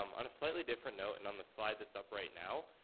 um on a slightly different note, and on the slide that's up right now,